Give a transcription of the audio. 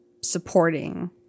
supporting